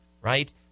right